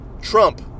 Trump